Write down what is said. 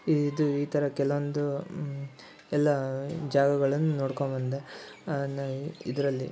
ಇದು ಈ ಥರ ಕೆಲವೊಂದು ಎಲ್ಲ ಜಾಗಗಳನ್ನು ನೋಡ್ಕೊಂಡ್ಬಂದೆ ನ ಇದರಲ್ಲಿ